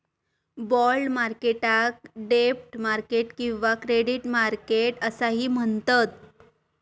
bond मार्केटाक डेब्ट market किंवा क्रेडिट मार्केट असाही म्हणतत